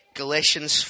Galatians